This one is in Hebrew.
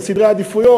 על סדרי עדיפויות,